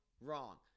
wrong